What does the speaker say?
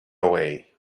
away